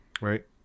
right